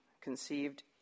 conceived